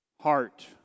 Heart